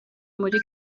muri